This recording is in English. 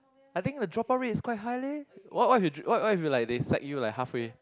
I think the dropout rate is quite high leh what what if you dr~ what what if you like they sack you like halfway